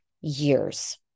years